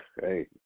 hey